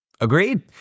Agreed